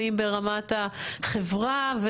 ואם ברמת החברה,